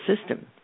system